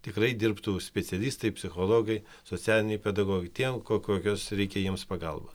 tikrai dirbtų specialistai psichologai socialiniai pedagogai tiem ko kokios reikia jiems pagalbos